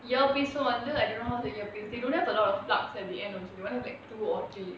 earpiece um வந்து:um vanthu I don't know how's the earpiece they don't have a lot of plugs at the end also only have like two or three